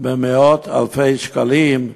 במאות-אלפי שקלים,